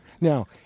Now